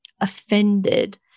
offended